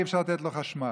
אי-אפשר לתת לו חשמל.